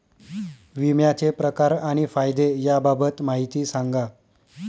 विम्याचे प्रकार आणि फायदे याबाबत माहिती सांगा